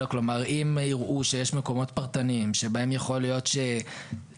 כלומר אם יראו שיש מקומות פרטניים שבהם יכול להיות שלפטור